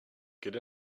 good